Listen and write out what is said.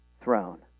throne